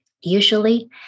Usually